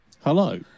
Hello